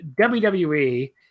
wwe